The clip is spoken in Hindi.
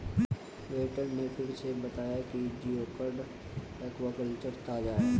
वेटर ने फिर उसे बताया कि जिओडक एक्वाकल्चर ताजा है